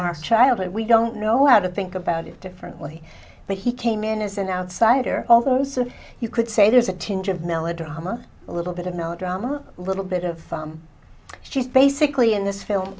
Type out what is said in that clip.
our childhood we don't know how to think about it differently but he came in as an outsider although most of you could say there's a tinge of melodrama a little bit of no drama little bit of she's basically in this film